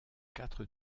quatre